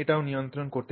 এটিও নিয়ন্ত্রণ করতে পার